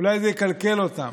אולי זה יקלקל אותם,